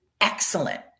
excellent